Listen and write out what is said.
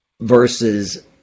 Versus